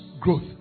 growth